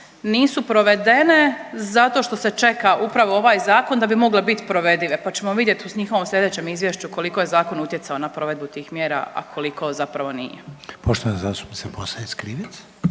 nisu provedene zato što se čeka upravo ovaj zakon da bi mogle biti provedive, pa ćemo vidjeti u njihovom sljedećem koliko je zakon utjecao na provedbu tih mjera, a koliko zapravo nije. **Reiner, Željko